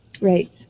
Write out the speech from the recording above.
Right